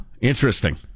Interesting